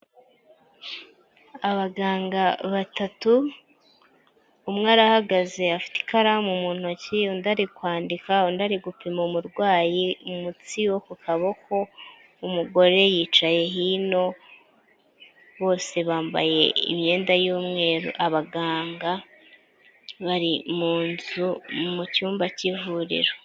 Abaganga batatu, umwe arahagaze afite ikaramu mu ntoki, undi ari kwandika, undi ari gupima umurwayi umutsi wo ku kaboko, umugore yicaye hino, bose bambaye imyenda y'umweru, abaganga bari mu nzu mu cyumba cy'ivuriro.